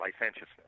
licentiousness